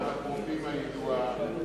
אפרופים הידועה,